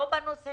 לא בנושא